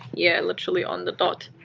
yeah, literally on the dot.